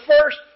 first